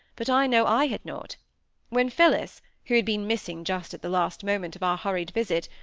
but i know i had not when phillis, who had been missing just at the last moment of our hurried visit,